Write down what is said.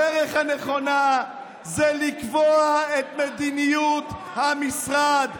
הדרך הנכונה, זה לקבוע את מדיניות המשרד.